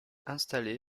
installé